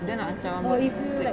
then nak macam